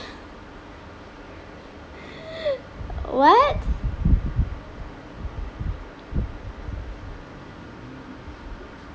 what